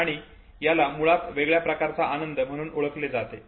आणि याला मुळात वेगळ्या प्रकारचा आनंद म्हणून ओळखले जाते